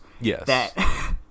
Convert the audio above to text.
Yes